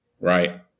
right